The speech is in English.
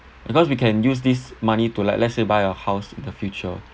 because we can use this money to like let's say buy a house in the future